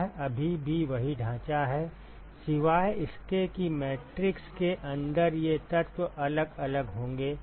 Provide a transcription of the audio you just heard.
यह अभी भी वही ढांचा है सिवाय इसके कि मैट्रिक्स के अंदर ये तत्व अलग अलग होंगे